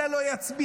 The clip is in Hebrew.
זה לא יצביע.